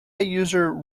user